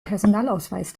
personalausweis